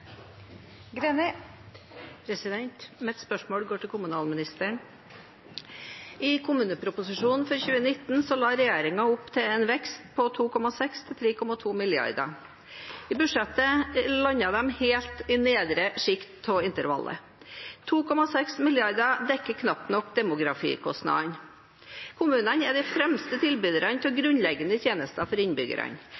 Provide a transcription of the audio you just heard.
Mitt spørsmål går til kommunalministeren. I kommuneproposisjonen for 2019 la regjeringen opp til en vekst på 2,6 mrd. kr–3,2 mrd. kr. I budsjettet landet de helt i nedre sjikt av intervallet. 2,6 mrd. kr dekker knapt nok demografikostnadene. Kommunene er de fremste tilbyderne av grunnleggende tjenester for innbyggerne. Ved å innskrenke handlingsrommet til